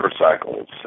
motorcycles